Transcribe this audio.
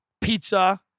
Pizza